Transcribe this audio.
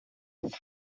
elle